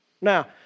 Now